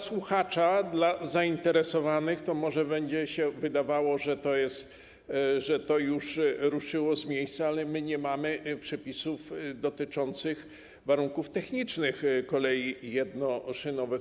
Słuchaczom, zainteresowanym może będzie się wydawało, że to jest, że to już ruszyło z miejsca, ale my nie mamy przepisów dotyczących warunków technicznych kolei jednoszynowych.